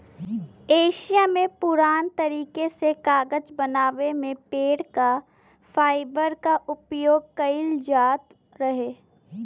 Asia में पुरान तरीका से कागज बनवले में पेड़ क फाइबर क उपयोग कइल जात रहे